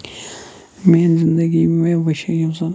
مٲنۍ زِندَگی مےٚ وٕچھِ یِم زَن